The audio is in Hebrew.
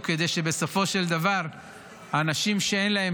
כדי שבסופו של דבר אנשים שאין להם